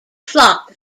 flocked